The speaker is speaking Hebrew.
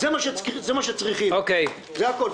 זה הכול.